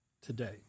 today